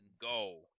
go